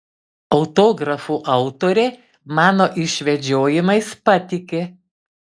autografų autorė mano išvedžiojimais patiki